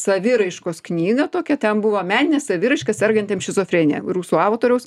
saviraiškos knygą tokią ten buvo meninė saviraiška sergantiem šizofrenija rusų autoriaus